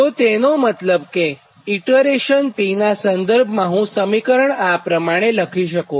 તો તેનો મતલબ કે ઇટરેશન P નાં સંદર્ભમાં હું સમીકરણ આ પ્રમાણે લખી શકું